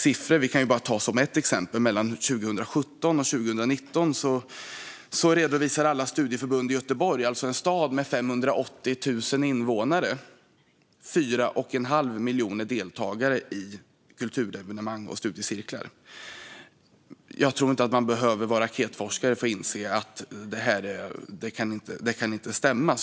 Som ett exempel kan vi ta att alla studieförbund i Göteborg - en stad med 580 000 invånare - mellan 2017 och 2019 redovisade 4 1⁄2 miljon deltagare i kulturevenemang och studiecirklar. Jag tror inte att man behöver vara raketforskare för att inse att detta inte kan stämma.